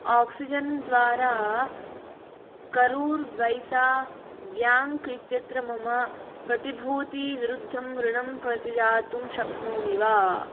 oxygen द्वारा Karur Vysya bank इत्यत्र मम प्रतिभूतीविरुद्धं ऋणम् प्रतिदातुं शक्नोमि वा